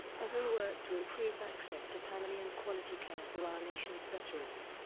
as we work to improve access to timely and quality care for our nation's veterans.